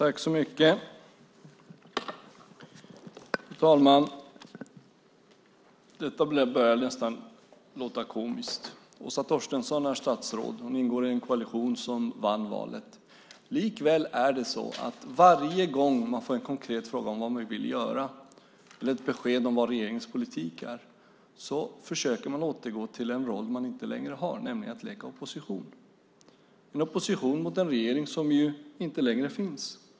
Fru talman! Detta börjar nästan låta komiskt. Åsa Torstensson är statsråd. Hon ingår i en koalition som vann valet. Likväl försöker hon varje gång hon får en konkret fråga om vad man vill göra eller krävs på ett besked om vad regeringens politik är att återgå till den roll hon inte längre har och försöker att leka opposition. Det är en opposition mot en regering som inte längre finns. Fru talman!